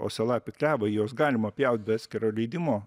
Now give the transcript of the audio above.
uosialapį klevą juos galima pjaut be askiro leidimo